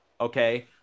Okay